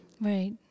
Right